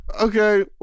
Okay